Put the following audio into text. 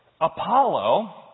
apollo